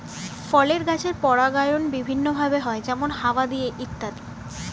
ফলের গাছের পরাগায়ন বিভিন্ন ভাবে হয়, যেমন হাওয়া দিয়ে ইত্যাদি